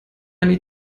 need